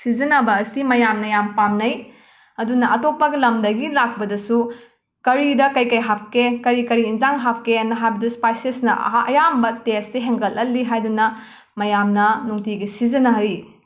ꯁꯤꯖꯤꯟꯅꯕ ꯑꯁꯤ ꯃꯌꯥꯝꯅ ꯌꯥꯝꯅ ꯄꯥꯝꯅꯩ ꯑꯗꯨꯅ ꯑꯇꯣꯞꯄꯒ ꯂꯝꯗꯒꯤ ꯂꯥꯛꯄꯗꯁꯨ ꯀꯔꯤꯗ ꯀꯩ ꯀꯩ ꯍꯥꯞꯀꯦ ꯀꯔꯤ ꯀꯔꯤ ꯏꯟꯖꯥꯡ ꯍꯥꯞꯀꯦꯅ ꯍꯥꯏꯕꯗ ꯁ꯭ꯄꯥꯏꯁꯦꯁꯅ ꯑꯍꯥ ꯑꯌꯥꯝꯕ ꯇꯦꯁꯁꯦ ꯍꯦꯟꯒꯠꯍꯜꯂꯤ ꯍꯥꯏꯗꯨꯅ ꯃꯌꯥꯝꯅ ꯅꯨꯡꯇꯤꯒꯤ ꯁꯤꯖꯤꯟꯅꯔꯤ